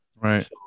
Right